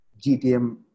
GTM